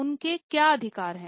उनके क्या अधिकार हैं